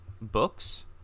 books